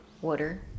water